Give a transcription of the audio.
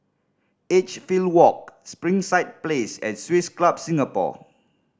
Edgefield Walk Springside Place and Swiss Club Singapore